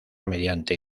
mediante